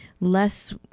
less